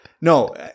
No